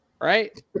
Right